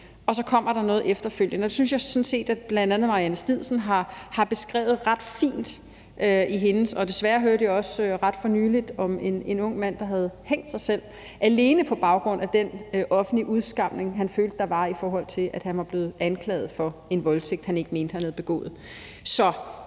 og så kommer der noget efterfølgende, og det synes jeg sådan set bl.a. Marianne Stidsen har beskrevet ret fint. Desværre hørte jeg også ret for nylig om en ung mand, der havde hængt sig selv alene på baggrund af den offentlige udskamning, han følte der var, i forhold til at han var blevet anklaget for en voldtægt, han ikke mente han havde begået.